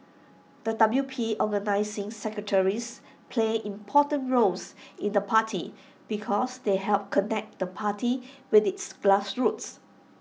the W P organising secretaries play important roles in the party because they help connect the party with its grassroots